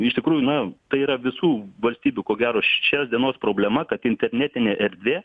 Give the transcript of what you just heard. iš tikrųjų na tai yra visų valstybių ko gero šios dienos problema kad internetinė erdvė